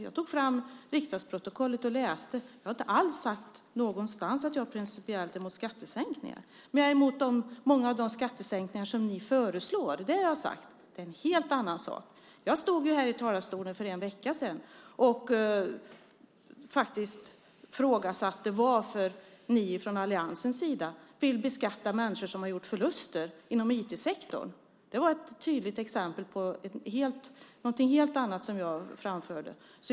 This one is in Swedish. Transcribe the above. Jag tog fram riksdagsprotokollet och läste. Jag har inte alls sagt någonstans att jag principiellt är emot skattesänkningar. Men jag är emot många av de skattesänkningar som ni föreslår. Det har jag sagt. Det är en helt annan sak. Jag stod här i talarstolen för en vecka sedan och ifrågasatte varför ni i alliansen vill beskatta människor som har gjort förluster inom IT-sektorn. Det var ett tydligt exempel på någonting helt annat som jag framförde.